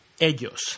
ellos